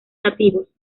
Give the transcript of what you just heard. nativos